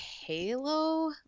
Halo